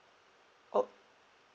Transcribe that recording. oh